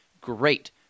great